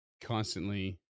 constantly